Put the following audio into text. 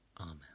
Amen